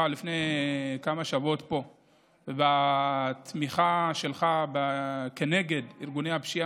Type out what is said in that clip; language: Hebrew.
לפני כמה שבועות פה והתמיכה שלך כנגד ארגוני הפשיעה.